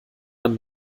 man